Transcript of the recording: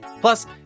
Plus